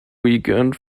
weekend